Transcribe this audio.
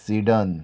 sedan